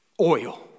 oil